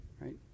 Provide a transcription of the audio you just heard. right